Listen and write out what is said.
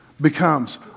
becomes